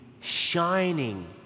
shining